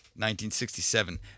1967